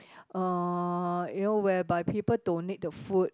uh you know whereby people donate the food